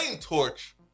torch